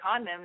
condoms